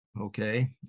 okay